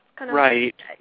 Right